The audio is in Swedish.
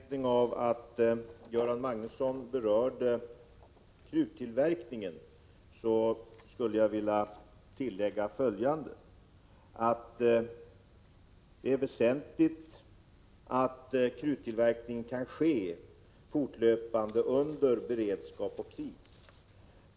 Herr talman! Med anledning av att Göran Magnusson berörde kruttillverkningen skulle jag vilja tillägga följande. Det är väsentligt att kruttillverkning kan ske fortlöpande under beredskap och krig.